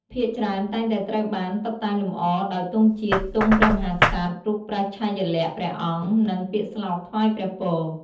ភាគច្រើនតែងតែត្រូវបាន តុបតែងលម្អ ដោយ ទង់ជាតិ ទង់ព្រះមហាក្សត្រ រូបព្រះឆាយាល័ក្ខណ៍ព្រះអង្គ និង ពាក្យស្លោកថ្វាយព្រះពរ។